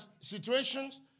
situations